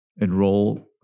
enroll